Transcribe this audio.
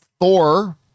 Thor